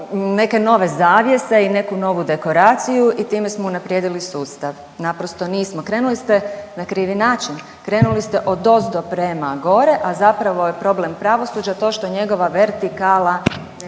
neke nove zavjese i neku novu dekoraciju i time smo unaprijedili sustav, naprosto nismo, krenuli ste na krivi način, krenuli ste odozdo prema gore, a zapravo je problem pravosuđa to što njegova vertikala